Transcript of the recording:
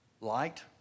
light